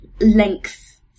length